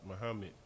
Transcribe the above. Muhammad